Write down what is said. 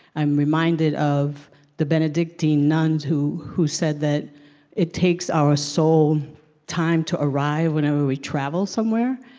i'm reminded of the benedictine nuns who who said that it takes our soul time to arrive, whenever we travel somewhere,